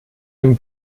dem